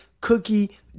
cookie